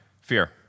fear